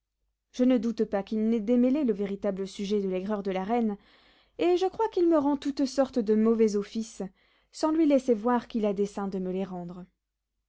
je ne doute pas qu'il n'ait démêlé le véritable sujet de l'aigreur de la reine et je crois qu'il me rend toutes sortes de mauvais offices sans lui laisser voir qu'il a dessein de me les rendre